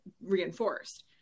reinforced